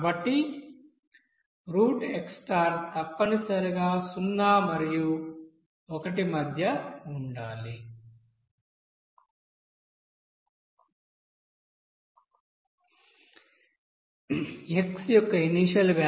కాబట్టి root x తప్పనిసరిగా 0 మరియు 1 మధ్య ఉండాలి X యొక్క ఇనీషియల్ వ్యాల్యూ x1 0